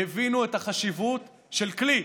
הבינו את החשיבות של הכלי.